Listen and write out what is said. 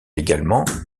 également